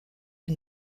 les